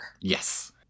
Yes